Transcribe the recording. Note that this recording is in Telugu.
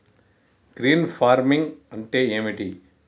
గ్రీన్ ఫార్మింగ్ అంటే ఏమిటి?